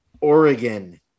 Oregon